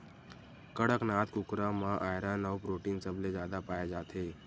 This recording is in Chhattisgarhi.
कड़कनाथ कुकरा म आयरन अउ प्रोटीन सबले जादा पाए जाथे